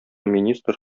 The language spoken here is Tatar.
министры